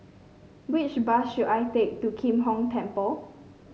which bus should I take to Kim Hong Temple